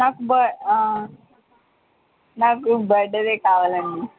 నాకు నాకు బర్త్డేది కావాలండి